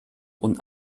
und